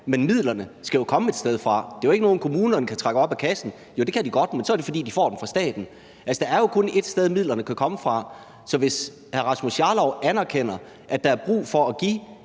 men midlerne skal jo komme et sted fra. Det er jo ikke noget, kommunerne kan trække op af kassen – eller jo, det kan de godt, men så er det, fordi de får dem fra staten. Altså, der er jo kun ét sted, midlerne kan komme fra. Så hvis hr. Rasmus Jarlov anerkender, at der er brug for at give